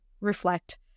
reflect